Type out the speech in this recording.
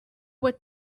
what